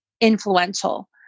influential